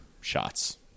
shots